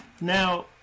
Now